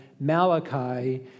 Malachi